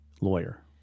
lawyer